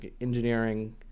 engineering